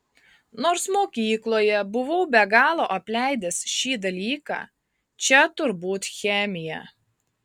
nors mokykloje buvau be galo apleidęs šį dalyką čia turbūt chemija